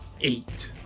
Eight